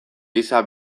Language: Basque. gisa